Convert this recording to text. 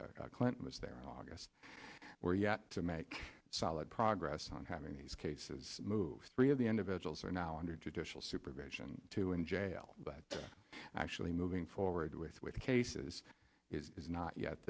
clinton was there august we're yet to make solid progress on having these cases moved three of the individuals are now under judicial supervision two in jail but actually moving forward with with cases is not yet